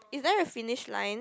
is there a finish line